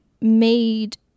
made